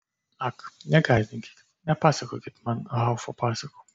ak negąsdinkit nepasakokit man haufo pasakų